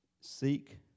seek